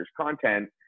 content